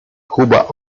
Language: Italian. cuba